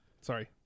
Sorry